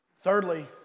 Thirdly